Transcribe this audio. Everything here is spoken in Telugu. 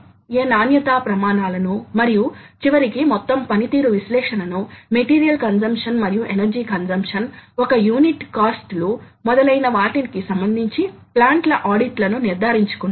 కొన్నిసార్లు ఇలా జరగవచ్చు ఎందుకంటే తక్కువ సమయం వరకు పదార్థ అసమానత ఎదురవడం వలన కొన్నిసార్లు ఈ టార్క్ లు అకస్మాత్తుగా చాలా ఎక్కువ విలువలకు పెరుగుతాయి కాని అది కటింగ్ ను ప్రభావితం చేయకూడదు